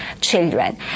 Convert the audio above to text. children